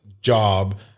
job